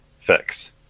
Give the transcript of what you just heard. fix